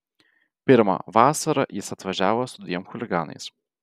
pirmą vasarą jis atvažiavo su dviem chuliganais